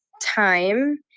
time